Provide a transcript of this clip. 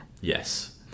Yes